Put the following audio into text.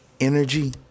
energy